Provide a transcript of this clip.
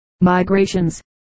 migrations